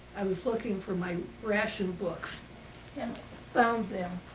i was looking for my ration books and found them.